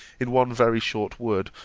in one very short word,